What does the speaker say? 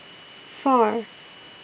four